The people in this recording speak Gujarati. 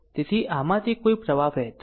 તેથી આમાંથી કોઈ પ્રવાહ વહેતો નથી